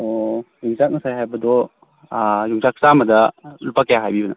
ꯑꯣ ꯌꯣꯡꯆꯥꯛ ꯉꯁꯥꯏ ꯍꯥꯏꯕꯗꯣ ꯌꯣꯡꯆꯥꯛ ꯆꯥꯝꯃꯗ ꯂꯨꯄꯥ ꯀꯌꯥ ꯍꯥꯏꯕꯤꯕꯅꯣ